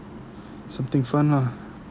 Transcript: something fun lah